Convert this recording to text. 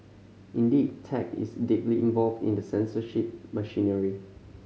indeed tech is deeply involved in the censorship machinery